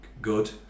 good